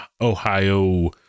Ohio